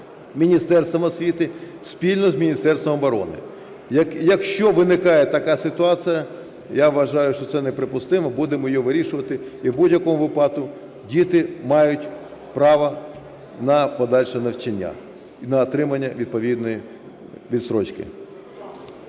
Міністерством освіти спільно з Міністерством оборони. Якщо виникає така ситуація, я вважаю, що це неприпустимо, будемо її вирішувати. І в будь-якому випадку діти мають право на подальше навчання і на отримання відповідної відстрочки.